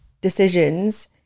decisions